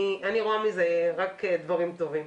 אני רואה מזה רק דברים טובים.